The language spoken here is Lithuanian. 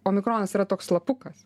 omikronas yra toks slapukas